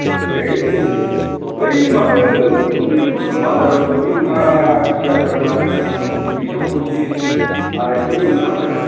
बै माथो बेंथल बाजाराव बिदि नङा सियारफ्रा माथो दुइस' फसिस आराइस'नि मोनो माथो